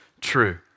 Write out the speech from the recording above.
true